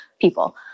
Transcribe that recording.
people